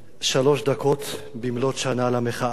שלוש דקות במלאות שנה למחאה